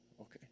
Okay